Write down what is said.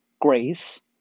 grace